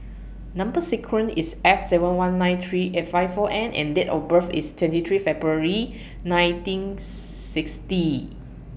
Number sequence IS S seven one nine three eight five four N and Date of birth IS twenty three February nineteen sixty